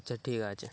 আচ্ছা ঠিক আছে